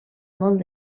molt